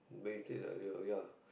but you said the earlier ya